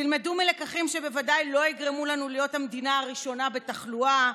תלמדו מלקחים שבוודאי לא יגרמו לנו להיות המדינה הראשונה בתחלואה,